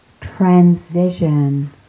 transition